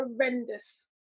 horrendous